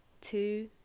two